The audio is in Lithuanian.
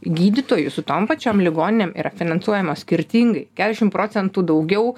gydytojų su tom pačiom ligoninėm yra finansuojamos skirtingai keturiasdešimt procentų daugiau